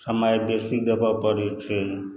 समय बेसी देबऽ पड़ै छै